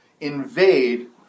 invade